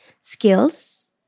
Skills